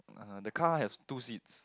uh the cars has two seats